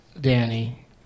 Danny